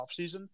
offseason